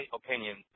opinion